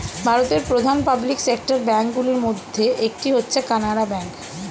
ভারতের প্রধান public sector bank গুলির মধ্যে একটি হচ্ছে কানারা ব্যাঙ্ক